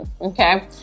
okay